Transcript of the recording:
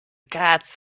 cats